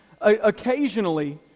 Occasionally